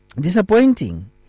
disappointing